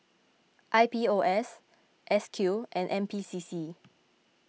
I P O S S Q and N P C C